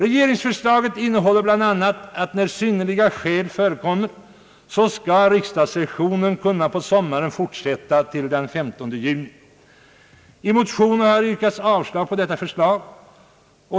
Regeringsförslaget innebär bl.a. att när synnerliga skäl föreligger riksdagssessionen skall kunna fortsätta på sommaren till den 15 juni. I motioner har yrkats avslag på detta förslag.